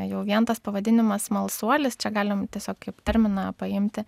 jau vien tas pavadinimas smalsuolis čia galim tiesiog kaip terminą paimti